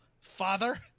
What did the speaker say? Father